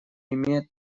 имеет